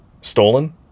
stolen